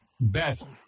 Beth